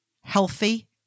healthy